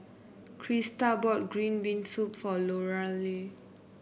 Christa bought Green Bean Soup for Lorelei